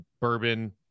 bourbon